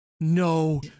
no